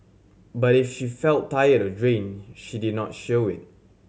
but if she felt tired or drained she did not show it